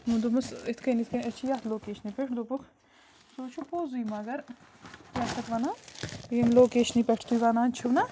مےٚ دوٚپمَس یِتھۍ کَنۍ یِتھۍ کَنۍ أسۍ چھِ یَتھ لوکیشنہِ پٮ۪ٹھ دوٚپُکھ سُہ حظ چھِ پوٚزٕے مگر کیٛاہ چھِ اَتھ وَنان ییٚمہِ لوکیشنہِ پٮ۪ٹھ تُہۍ وَنان چھُو نا